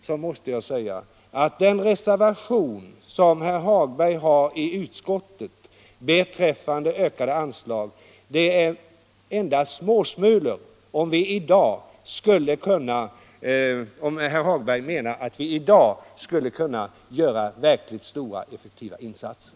Då måste jag säga att vpk-reservationen om ökade anslag endast gäller småsmulor om man 1 dag — om det är det herr Hagberg menar — skall kunna göra verkligt effektiva insatser.